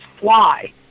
fly